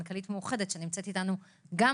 מנכ"לית קופת חולים מאוחדת שנמצאת אתנו בזום.